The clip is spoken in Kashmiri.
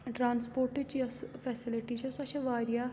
ٹرٛانَسپوٹٕچ یۄس فٮ۪سَلٹی چھےٚ سۄ چھےٚ واریاہ